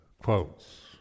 quotes